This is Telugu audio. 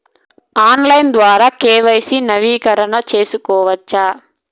ఆన్లైన్ ద్వారా కె.వై.సి నవీకరణ సేసుకోవచ్చా?